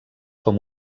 com